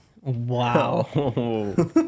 Wow